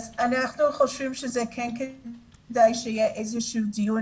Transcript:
אנחנו חושבים שזה כן כדאי שיהיה איזה שהוא דיון